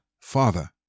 Father